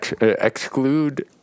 exclude